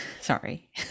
sorry